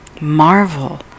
Marvel